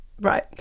Right